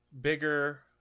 bigger